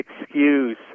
excuse